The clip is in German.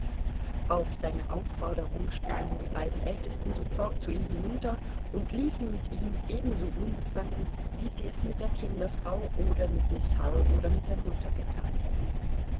auf seine aufforderung sprangen die beiden ältesten sofort zu ihm hinunter und liefen mit ihm ebenso unbefangen wie sie es mit der kinderfrau oder mit miß hull oder mit der mutter getan hätten